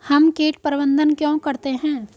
हम कीट प्रबंधन क्यों करते हैं?